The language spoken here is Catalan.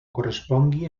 correspongui